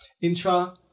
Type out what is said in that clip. Intra